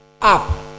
up